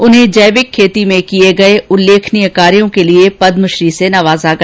उन्हें जैविक खेती में किये गये उल्लेखनीय कार्यो के लिये पदमश्री से नवाजा गया